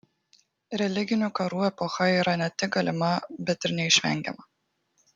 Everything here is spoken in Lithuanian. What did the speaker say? religinių karų epocha yra ne tik galima bet ir neišvengiama